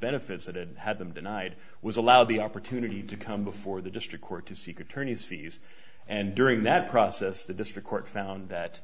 benefits that it had been denied was allowed the opportunity to come before the district court to seek attorney's fees and during that process the district court found that